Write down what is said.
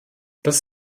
das